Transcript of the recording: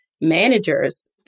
managers